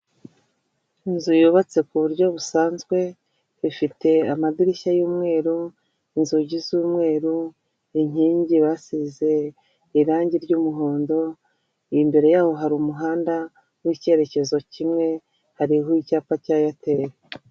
Inzu yubatse ku buryo busanzwe, ifite amadirishya y'umweru, inzugi z'umweru, inkingi basize irangi ry'umuhondo, imbere yabo hari umuhanda w'icyerekezo kimwe, hariho ibyapa bya eyateri.